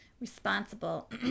responsible